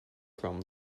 from